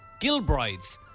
Gilbrides